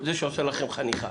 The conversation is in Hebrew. זה שעושה לכם חניכה.